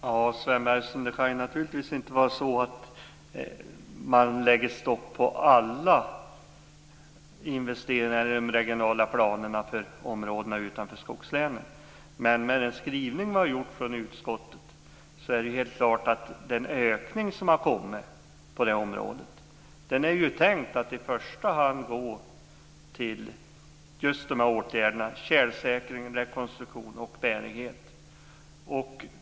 Fru talman! Det kan naturligtvis inte vara fråga om ett stopp på alla investeringar i fråga om de regionala planerna för områdena utanför skogslänen. Men med utskottets skrivning är det helt klart att den ökning som nu har kommit på det området är tänkt att i första hand gälla åtgärdsområdena tjälsäkring, rekonstruktion och bärighet.